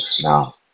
now